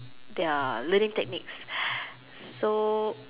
their learning techniques so